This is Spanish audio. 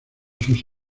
sus